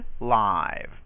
live